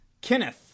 Kenneth